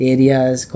Areas